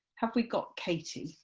have we got katie?